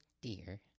dear